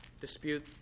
dispute